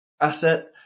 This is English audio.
asset